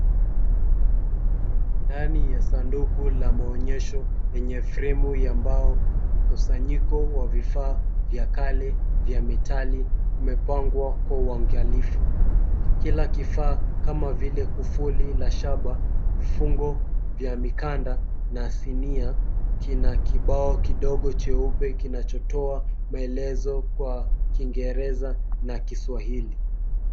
Ndani ya sanduku la maonyesho yenye fremu ya mbao, mkusanyiko wa vifaa vya kale vya metali umepangwa kwa uangalifu. Kila kifaa kama vile kufuli la shaba, vifungo vya mikanda na sinia kina kibao kidogo cheupe kinachotoa maelezo kwa kiingereza na kiswahili.